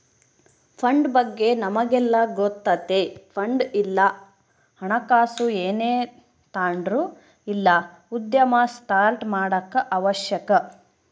fund ಬಗ್ಗೆ ನಮಿಗೆಲ್ಲ ಗೊತ್ತತೆ ಫಂಡ್ ಇಲ್ಲ ಹಣಕಾಸು ಏನೇ ತಾಂಡ್ರು ಇಲ್ಲ ಉದ್ಯಮ ಸ್ಟಾರ್ಟ್ ಮಾಡಾಕ ಅವಶ್ಯಕ